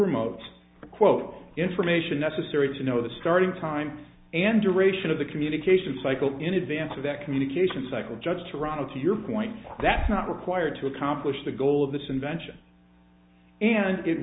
remote quote information necessary to know the starting time and duration of the communication cycle in advance of that communication cycle judge to ronald to your point that is not required to accomplish the goal of this invention and it